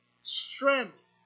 strength